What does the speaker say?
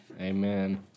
Amen